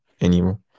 anymore